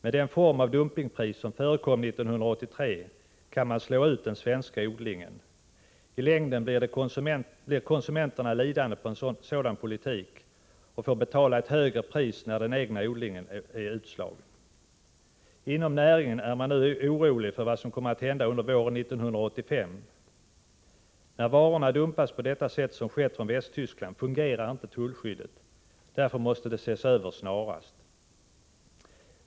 Med den form av dumpingpris som förekom 1983 kan man slå ut den svenska odlingen. I längden blir konsumenterna lidande på en sådan politik och får betala ett högre pris när den egna odlingen är utslagen. Inom näringen är man nu orolig för vad som kommer att hända under våren 1985. När varorna dumpas på det sätt som skett från Västtyskland fungerar inte tullskyddet. Därför måste det ses över snarast.